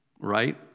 Right